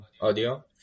audio